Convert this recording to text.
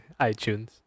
iTunes